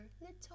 little